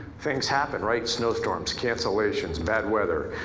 things happen, right? snow storms, cancellations, bad weather.